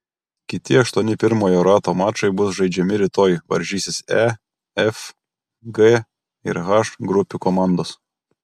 kiti aštuoni pirmojo rato mačai bus žaidžiami rytoj varžysis e f g ir h grupių komandos